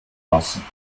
lassen